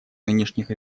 нынешних